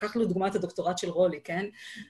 ‫קח לדוגמה את הדוקטורט של רולי, כן?